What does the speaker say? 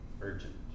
urgent